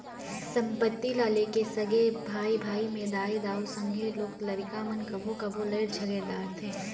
संपत्ति ल लेके सगे भाई भाई में दाई दाऊ, संघे लोग लरिका मन कभों कभों लइड़ झगेर धारथें